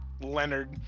Leonard